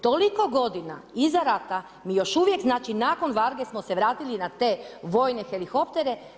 Toliko godina iza rata, mi još uvijek, znači nakon Varge smo se vratili na te vojne helikoptere.